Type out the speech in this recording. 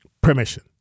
permission